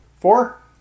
four